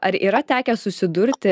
ar yra tekę susidurti